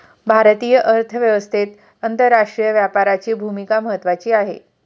भारतीय अर्थव्यवस्थेत आंतरराष्ट्रीय व्यापाराची भूमिका महत्त्वाची आहे